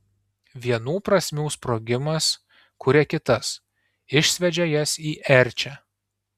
vienų prasmių sprogimas kuria kitas išsviedžia jas į erčią